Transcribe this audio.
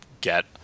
get